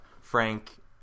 Frank